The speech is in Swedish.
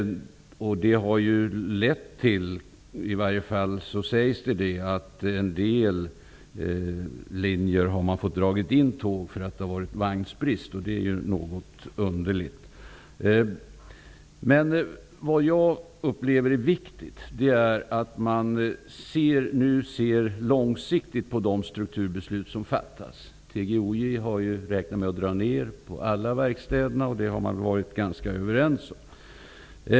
Det har lett till -- i varje fall sägs det så -- att man på en del linjer har fått dra in tåg på grund av vagnsbrist. Det är något underligt. Vad jag upplever är viktigt är att man nu ser långsiktigt i de strukturbeslut som fattas. TGOJ har räknat med att dra ner på verksamheten på alla verkstäder. Det har man varit ganska överens om.